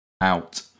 out